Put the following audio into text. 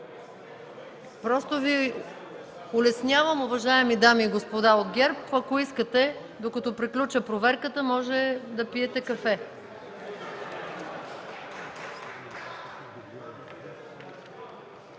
Просто Ви улеснявам, уважаеми дами и господа от ГЕРБ – ако искате, докато приключа проверката, можете да пиете кафе.